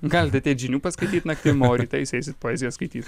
gali ateit žinių paskaityt naktim o rytais eisit poeziją skaityt